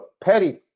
petty